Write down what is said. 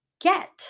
get